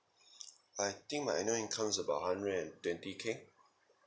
I think my annual income is about hundred and twenty K